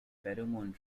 pheromone